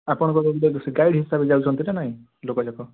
ଆପଣଙ୍କ ଗାଇଡ଼ ହିସାବରେ ଯାଉଛନ୍ତି ନା ନାଇଁ ଲୋକଯାକ